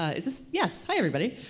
ah is this yes, hi everybody.